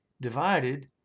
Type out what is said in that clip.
divided